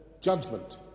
Judgment